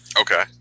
Okay